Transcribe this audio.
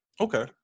Okay